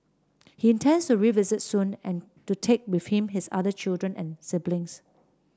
he intends to revisit soon and to take with him his other children and siblings